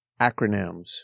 Acronyms